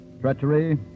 Treachery